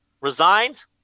resigned